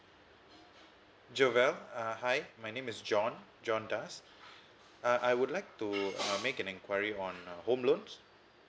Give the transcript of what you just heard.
jobelle uh hi my name is john john das uh I would like to uh make an enquiry on uh home loans